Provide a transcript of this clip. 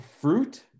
fruit